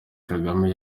kagame